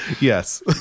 Yes